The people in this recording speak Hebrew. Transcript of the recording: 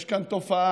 יש כאן תופעה,